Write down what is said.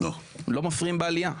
לא מפריעים בעלייה.